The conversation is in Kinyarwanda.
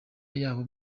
yabo